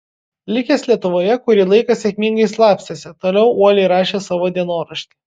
likęs lietuvoje kurį laiką sėkmingai slapstėsi toliau uoliai rašė savo dienoraštį